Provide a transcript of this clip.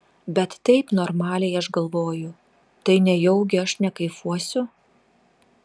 bet taip normaliai aš galvoju tai nejaugi aš nekaifuosiu